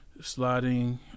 sliding